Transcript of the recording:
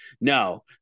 No